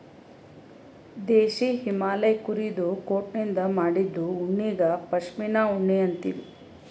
ದೇಶೀ ಹಿಮಾಲಯ್ ಕುರಿದು ಕೋಟನಿಂದ್ ಮಾಡಿದ್ದು ಉಣ್ಣಿಗಾ ಪಶ್ಮಿನಾ ಉಣ್ಣಿ ಅಂತೀವಿ